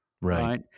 right